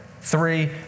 Three